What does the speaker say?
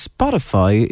Spotify